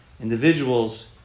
Individuals